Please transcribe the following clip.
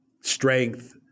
strength